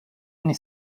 anni